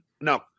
no